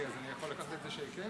אז אני יכול לקחת את זה שכן?